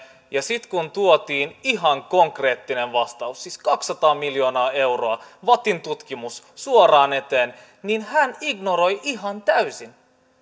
ja sitten kun tuotiin ihan konkreettinen vastaus siis kaksisataa miljoonaa euroa vattin tutkimus suoraan eteen hän ignoroi sen ihan täysin